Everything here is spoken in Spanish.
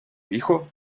hijo